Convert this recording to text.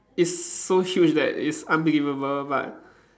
is so huge that it is unbelievable but